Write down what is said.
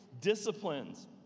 disciplines